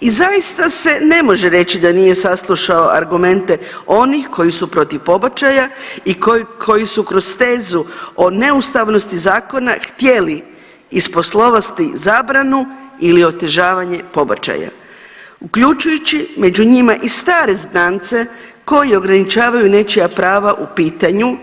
I zaista se ne može reći da nije saslušao argumente onih koji su protiv pobačaja i koji su kroz tezu o neustavnosti zakona htjeli isposlovati zabranu ili otežavanje pobačaja, uključujući među njima i stare znance koji ograničavaju nečija prava u pitanju,